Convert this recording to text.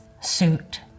suit